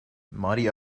mighty